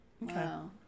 Wow